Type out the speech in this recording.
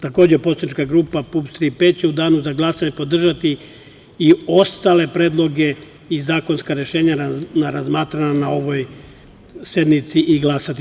Takođe, poslanička grupa PUPS-3P će u danu za glasanje podržati i ostale predloge i zakonska rešenja razmatrana na ovoj sednici i glasati.